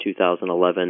2011